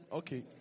okay